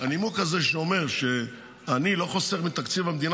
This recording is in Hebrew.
הזה שאומר שאני לא חוסך מתקציב המדינה